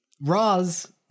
Roz